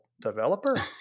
developer